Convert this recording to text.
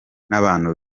n’abantu